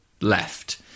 left